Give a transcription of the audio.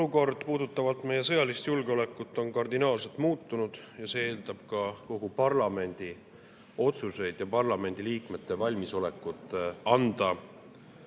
Olukord, mis puudutab meie sõjalist julgeolekut, on kardinaalselt muutunud ja see eeldab kogu parlamendi otsuseid ja parlamendiliikmete valmisolekut anda